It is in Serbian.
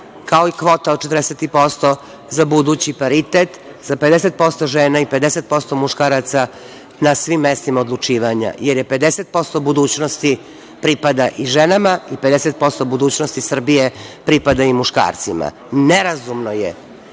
kao i kvota od 40% za budući paritet, za 50% žena i 50% muškaraca na svim mestima odlučivanja, jer 50% budućnosti pripada i ženama i 50% budućnosti Srbije pripada i muškarcima. Nerazumno je